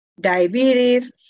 diabetes